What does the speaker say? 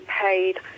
paid